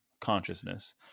consciousness